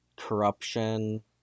Corruption